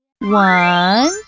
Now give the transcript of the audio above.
One